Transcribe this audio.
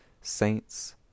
saints